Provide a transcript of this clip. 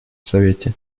совете